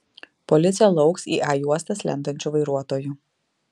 policija lauks į a juostas lendančių vairuotojų